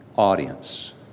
Audience